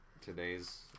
today's